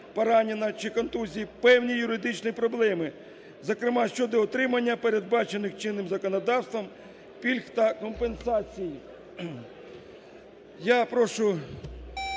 поранення чи контузії певні юридичні проблеми, зокрема, щодо отримання передбачених чинним законодавством пільг та компенсацій.